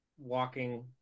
Walking